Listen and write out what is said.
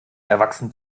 erwachsen